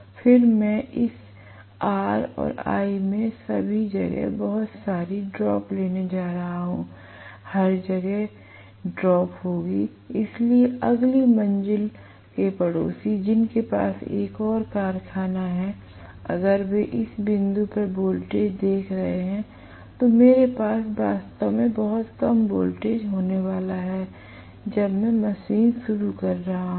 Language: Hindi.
फिर मैं इस R और l में सभी जगह बहुत सारी ड्रॉप लेने जा रहा हूं हर जगह ड्रॉप होगी इसलिए अगली मंजिल के पड़ोसी जिनके पास एक और कारखाना है अगर वे इस बिंदु पर वोल्टेज देख रहे हैं तो मेरे पास वास्तव में बहुत कम वोल्टेज होने वाला है जब मैं मशीन शुरू कर रहा हूं